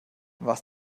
was